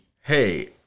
hey